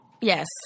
Yes